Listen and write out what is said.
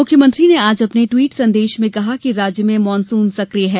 मुख्यमंत्री ने आज अपने ट्वीट संदेश में कहा कि राज्य में मानसून सक्रिय है